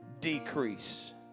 decrease